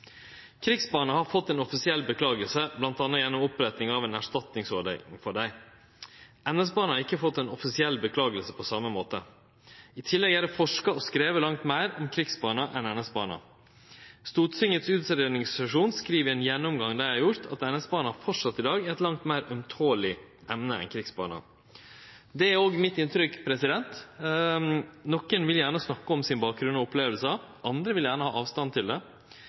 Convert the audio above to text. har fått ei offisiell orsaking, bl.a. gjennom opprettinga av ei erstatningsordning for dei. NS-barna har ikkje fått ei offisiell orsaking på same måte. I tillegg er det forska og skrive langt meir om krigsbarna enn om NS-barna. Stortingets utgreiingsseksjon skriv i ein gjennomgang dei har gjort, at NS-barna i dag framleis er eit langt meir ømtolig emne enn krigsbarna. Det er òg mitt inntrykk. Nokon vil gjerne snakke om bakgrunnen og opplevingane sine, andre vil gjerne ha avstand til det.